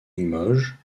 limoges